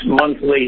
monthly